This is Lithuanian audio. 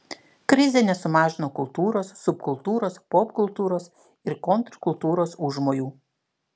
krizė nesumažino kultūros subkultūros popkultūros ir kontrkultūros užmojų